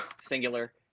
singular